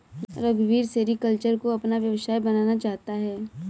रघुवीर सेरीकल्चर को अपना व्यवसाय बनाना चाहता है